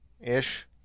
ish